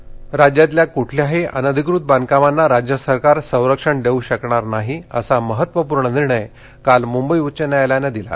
बेकायदा राज्यातल्या कुठल्याही अनधिकृत बांधकामांना राज्य सरकार संरक्षण देऊ शकणार नाही असा महत्त्वपूर्ण निर्णय काल मुंबई उच्च न्यायालयानं दिला